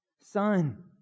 son